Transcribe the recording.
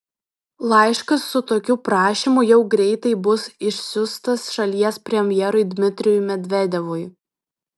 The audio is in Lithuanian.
laiškas su tokiu prašymu jau greitai bus išsiųstas šalies premjerui dmitrijui medvedevui